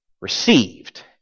received